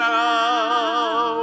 now